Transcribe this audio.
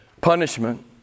punishment